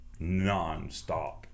nonstop